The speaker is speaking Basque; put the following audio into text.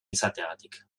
izateagatik